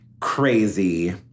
crazy